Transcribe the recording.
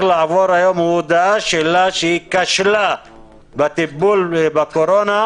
לעבור היום הוא הודאה שלה שהיא כשלה בטיפול בקורונה.